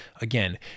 Again